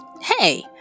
hey